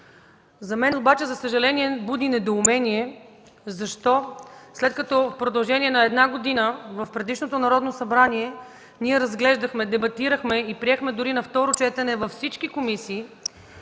важна тема. За съжаление у мен буди недоумение защо, след като в продължение на една година в предишното Народно събрание ние разглеждахме, дебатирахме и приехме дори на второ четене във всички комисии